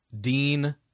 Dean